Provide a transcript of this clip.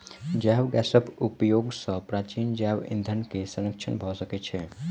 जैव गैसक उपयोग सॅ प्राचीन जैव ईंधन के संरक्षण भ सकै छै